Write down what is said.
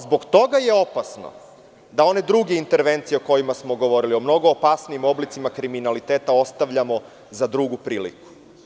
Zbog toga je opasno da one druge intervencije, o kojima smo govorili, o mnogo opasnijim oblicima kriminaliteta ostavljamo za drugu priliku.